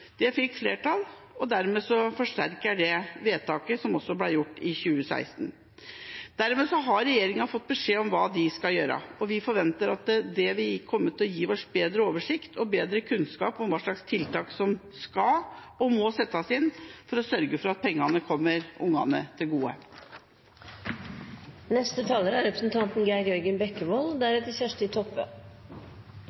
Det fikk flertall, og dermed forsterker det vedtaket som også ble fattet i 2016. Dermed har regjeringen fått beskjed om hva de skal gjøre, og vi forventer at det kommer til å gi oss bedre oversikt og bedre kunnskap om hva slags tiltak som skal og må settes inn for å sørge for at pengene kommer barna til gode. Det er